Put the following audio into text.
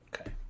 Okay